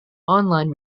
online